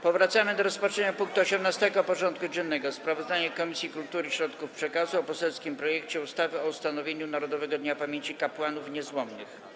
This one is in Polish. Powracamy do rozpatrzenia punktu 18. porządku dziennego: Sprawozdanie Komisji Kultury i Środków Przekazu o poselskim projekcie ustawy o ustanowieniu Narodowego Dnia Pamięci Kapłanów Niezłomnych.